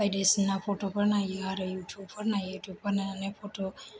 बायदिसिना फट'फोर नायो आरो इउटिउबफोर नायो आरो इउटिउबफोर नायनानै फट'